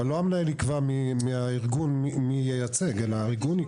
אבל אל המנהל יקבע מי ייצג, אלא הארגון יקבע.